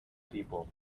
people